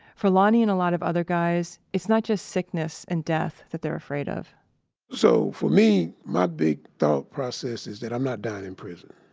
for lonnie and a lot of other guys, it's not just sickness and death that they're afraid of so, for me, my big thought process is that i'm not dying in prison.